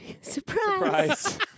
Surprise